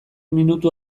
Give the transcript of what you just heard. minutu